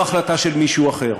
לא החלטה של מישהו אחר.